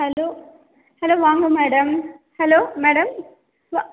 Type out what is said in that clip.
hello hello வாங்க madam hello madam வா